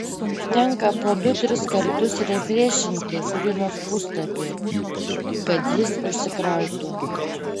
tenka po du tris kartus refrešinti kurį nors puslapį kad jis užsikrautų